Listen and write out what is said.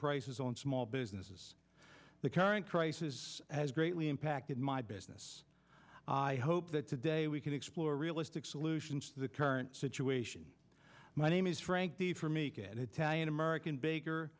prices on small businesses the current prices has greatly impacted my business i hope that today we can explore realistic solutions to the current situation aimee's frank the for me kit italian american baker